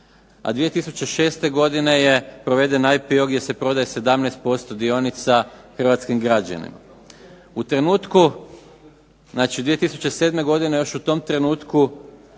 a 2006. godine je proveden …/Govornik se ne razumije./… gdje se prodaje 17% dionica hrvatskim građanima. U trenutku, znači 2007. godine, još u tom trenutku